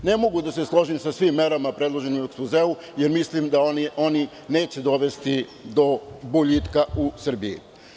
Ne mogu da se složim sa svim predloženim merama u ekspozeu, jer mislim da one neće dovesti do boljitka u Srbiji.